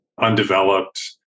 undeveloped